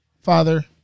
father